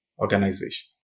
Organization